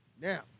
Now